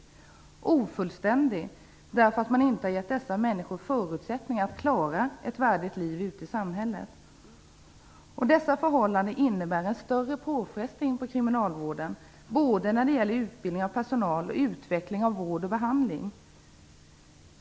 Reformen är ofullständig därför att man inte har gett dessa människor förutsättningar att klara ett värdigt liv ute i samhället. Dessa förhållanden innebär en större påfrestning på kriminalvården, när det gäller både utbildning av personal och utveckling av vård och behandling.